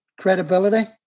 credibility